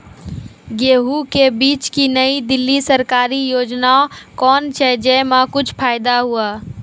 गेहूँ के बीज की नई दिल्ली सरकारी योजना कोन छ जय मां कुछ फायदा हुआ?